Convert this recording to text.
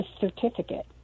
certificate